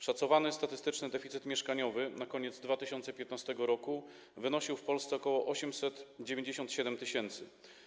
Szacowany statystyczny deficyt mieszkaniowy na koniec 2015 r. wynosił w Polsce ok. 897 tys.